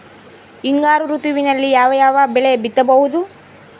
ಹಿಂಗಾರು ಋತುವಿನಲ್ಲಿ ಯಾವ ಯಾವ ಬೆಳೆ ಬಿತ್ತಬಹುದು?